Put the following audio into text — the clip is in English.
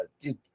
dude